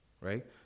right